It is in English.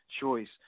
choice